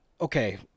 okay